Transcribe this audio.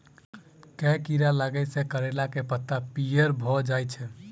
केँ कीड़ा लागै सऽ करैला केँ लत्ती पीयर भऽ जाय छै?